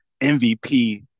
MVP